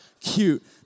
cute